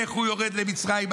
איך הוא יורד למצרים.